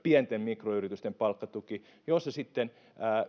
pienten mikroyritysten palkkatuki jossa